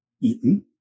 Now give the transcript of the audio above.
eaten